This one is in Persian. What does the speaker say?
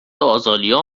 آزالیا